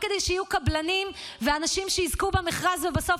לא כדי שיהיו קבלנים ואנשים שיזכו במכרז ובסוף